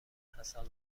هستند